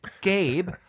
Gabe